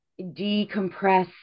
decompress